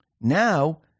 Now